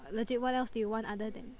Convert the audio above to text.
legit what else do you want other than